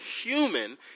human